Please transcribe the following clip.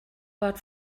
but